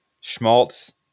Schmaltz